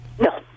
No